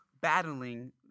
battling